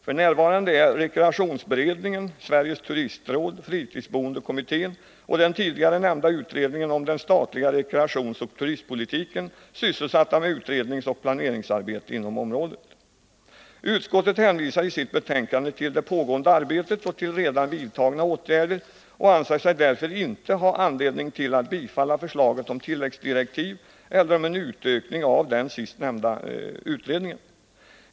F.n. är rekreationsberedningen, Sveriges turistråd, fritidsboendekommittén och den tidigare nämnda utredningen om den statliga rekreationsoch turistpolitiken sysselsatta med utredningsoch planeringsarbete inom området. Utskottet hänvisar i sitt betänkande till det pågående arbetet och till redan vidtagna åtgärder och anser sig därför inte ha anledning att biträda förslaget om tilläggsdirektiv eller om en utökning av den sistnämnda utredningen.